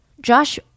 Josh